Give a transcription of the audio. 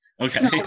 Okay